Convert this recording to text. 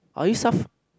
are you suf~